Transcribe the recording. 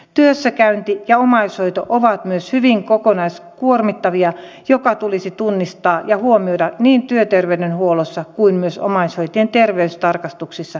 työssäkäynti ja omaishoito ovat myös hyvin kokonaiskuormittavia mikä tulisi tunnistaa ja huomioida niin työterveydenhuollossa kuin myös omaishoitajien terveystarkastuksissa nyt jatkossa